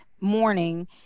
morning